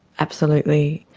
absolutely.